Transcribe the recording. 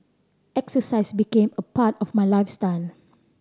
exercise became a part of my lifestyle